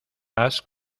has